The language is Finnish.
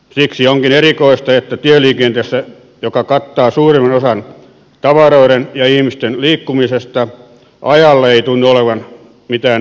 siksi onkin erikoista että tieliikenteessä joka kattaa suurimman osan tavaroiden ja ihmisten liikkumisesta ajalla ei tunnu olevan mitään merkitystä